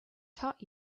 taught